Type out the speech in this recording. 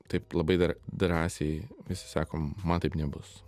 taip labai dar drąsiai visi sakom man taip nebus